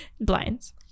Blinds